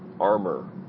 armor